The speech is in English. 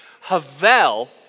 Havel